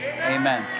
Amen